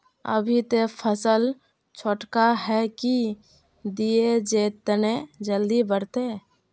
अभी ते फसल छोटका है की दिये जे तने जल्दी बढ़ते?